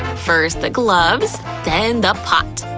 first the gloves, then the pot!